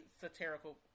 satirical